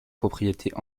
propriétés